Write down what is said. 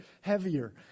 heavier